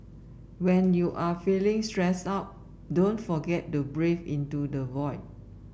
when you are feeling stressed out don't forget to breathe into the void